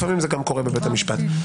לפעמים זה גם קורה בבית המשפט.